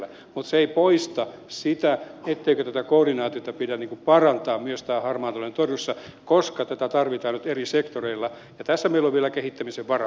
mutta se ei poista sitä etteikö tätä koordinaatiota pidä parantaa myös harmaan talouden torjunnassa koska tätä tarvitaan nyt eri sektoreilla ja tässä meillä on vielä kehittämisen varaa